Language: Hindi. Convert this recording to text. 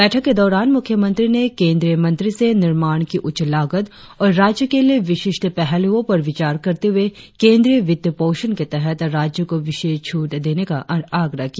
बैठक के दौरान मुख्यमंत्री ने केंद्रीय मंत्री से निर्माण की उच्च लागत और राज्य के लिए विशिष्ट पहलुओ पर विचार करते हुए केंद्रीय वित्त पोषण के तहत राज्य को विशेष छूट देने का आग्रह किया